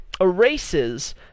erases